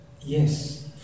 Yes